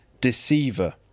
deceiver